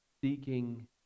seeking